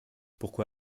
pourquoi